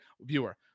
viewer